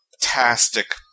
fantastic